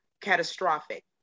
catastrophic